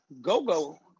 Gogo